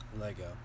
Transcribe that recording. Lego